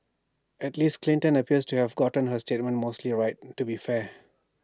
at least Clinton appears to have gotten her statements mostly right to be fair